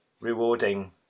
rewarding